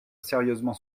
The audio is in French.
sérieusement